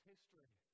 history